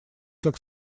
как